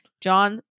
John